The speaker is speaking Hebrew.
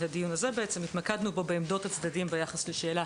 הדיון הזה התמקד בעמדות הצדדים ביחס לשאלה,